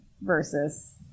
versus